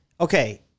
okay